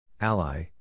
Ally